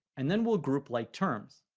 and then we'll group like terms.